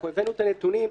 אנחנו הבאנו את הנתונים.